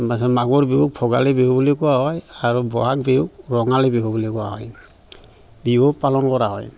মাঘৰ বিহুক ভোগালী বিহু বুলি কোৱা হয় আৰু বহাগ বিহুক ৰঙালী বিহু বুলি কোৱা হয় বিহু পালন কৰা হয়